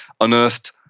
unearthed